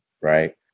Right